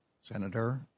Senator